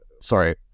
Sorry